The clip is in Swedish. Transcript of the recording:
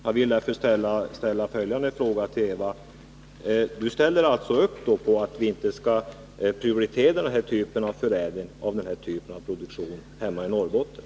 Jag vill därefter ställa frågan till Eva Winther om hon ställer upp bakom att vi inte skall prioritera förädling av den här typen av produktion hemma i Norrbotten.